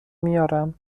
میارم